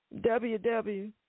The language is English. W-W